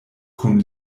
kun